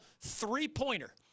three-pointer